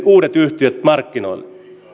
uudet yhtiöt markkinoille